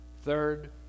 Third